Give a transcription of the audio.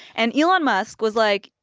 and elon musk was, like,